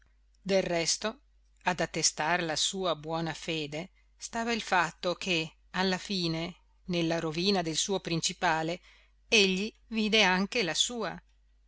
del resto ad attestar la sua buona fede stava il fatto che alla fine nella rovina del suo principale egli vide anche la sua